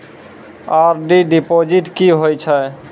RD deposit की होय छै?